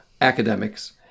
academics